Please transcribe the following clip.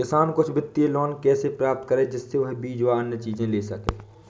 किसान कुछ वित्तीय लोन कैसे प्राप्त करें जिससे वह बीज व अन्य चीज ले सके?